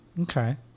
Okay